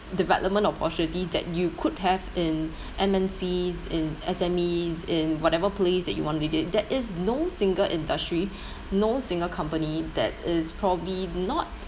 development opportunities that you could have in M_N_Cs in S_M_Es in whatever place that you want with it there is no single industry no single company that is probably not